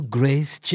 Grace